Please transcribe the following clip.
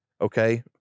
Okay